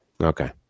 okay